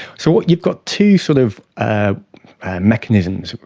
so you've got two sort of ah mechanisms,